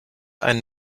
einen